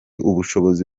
ubushobozi